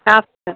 కాఫీయా